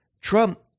Trump